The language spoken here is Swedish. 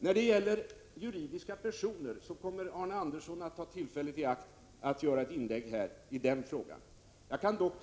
Arne Andersson i Ljung kommer att ta tillfället i akt att göra ett inlägg i frågan om juridiska personer.